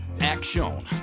Action